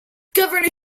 governor